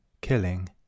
Killing